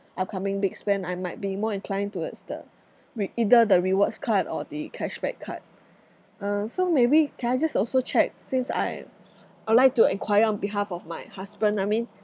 upcoming big spend I might be more inclined towards the re~ either the rewards card or the cashback card uh so maybe can I just also check since I I would like to enquire on behalf of my husband I mean